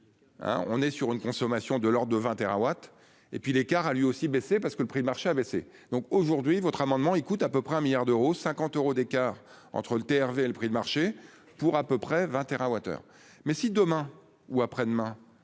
on est sur une consommation de l'de 20 térawatts et puis l'écart a lui aussi baissé, parce que le prix de marché a baissé donc aujourd'hui votre amendement il coûte à peu près un milliard d'euros, 50 euros d'écart entre le TRV. Le prix de marché pour à peu près 20 TWh mais si demain ou après-demain.